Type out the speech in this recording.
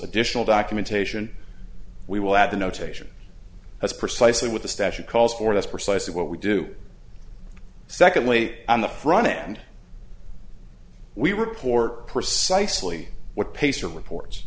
additional documentation we will add the notation that's precisely what the statute calls for that's precisely what we do secondly on the front end we report precisely what pace reports